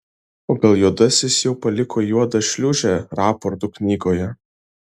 o gal juodasis jau paliko juodą šliūžę raportų knygoje